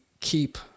keep